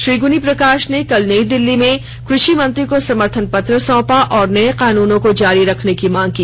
श्री गुनी प्रकाश ने कल नई दिल्ली में कृषि मंत्री को समर्थन पत्र सौंपा और नये कानूनों को जारी रखने की मांग की